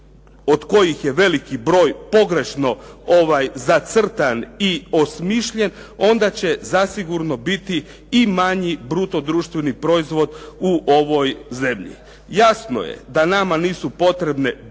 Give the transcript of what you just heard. od kojih je veliki broj pogrešno zacrtan i osmišljen onda će zasigurno biti i manji bruto društveni proizvod u ovoj zemlji. Jasno je da nama nisu potrebne bile